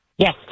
Yes